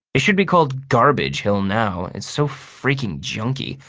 it should be called garbage hill now, it's so freakin' junky.